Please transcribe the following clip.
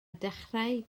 dechrau